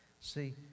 See